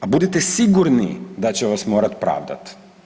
A budite sigurni da će vas morati pravdat.